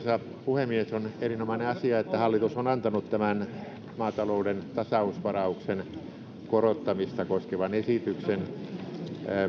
puhemies on erinomainen asia että hallitus on antanut tämän maatalouden tasausvarauksen korottamista koskevan esityksen